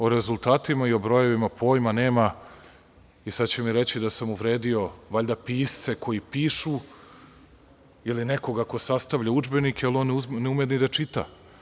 O rezultatima i o brojevima pojma nema i sad će mi reći da sam uvredio valjda pisce koji pišu ili nekoga ko sastavlja udžbenike, jer on ne ume ni da čita.